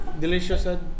delicious